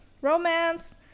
romance